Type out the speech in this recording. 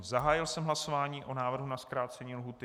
Zahájil jsem hlasování o návrhu na zkrácení lhůty.